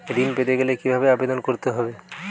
ঋণ পেতে গেলে কিভাবে আবেদন করতে হবে?